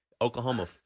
Oklahoma